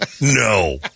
No